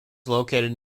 located